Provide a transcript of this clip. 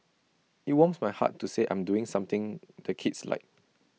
IT warms my heart to say I'm doing something the kids like